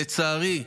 לצערי,